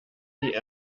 die